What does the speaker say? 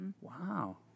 wow